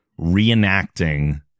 reenacting